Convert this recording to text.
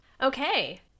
Okay